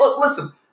Listen